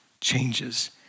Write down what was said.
changes